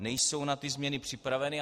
Nejsou na ty změny připraveny.